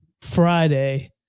Friday